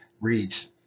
reads